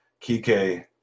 Kike